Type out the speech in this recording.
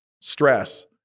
stress